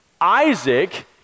Isaac